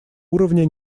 уровня